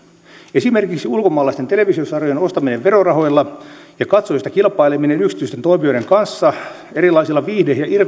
esimerkiksi ulkomaalaisten televisiosarjojen ostaminen verorahoilla ja katsojista kilpaileminen yksityisten toimijoiden kanssa erilaisilla viihde ja